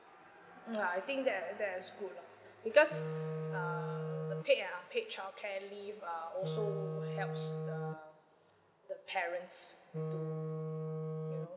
ya I think that that's good lah because um the paid and unpaid childcare leave uh also helps the the parents to you know